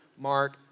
Mark